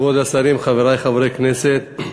כבוד השרים, חברי חברי הכנסת,